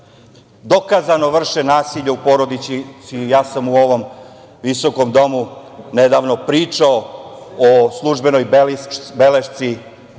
dokazano vrše nasilje u porodici. Ja sam u ovom visokom domu nedavno pričao o službenoj belešci